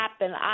happen